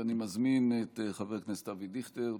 ואני מזמין את חבר הכנסת אבי דיכטר,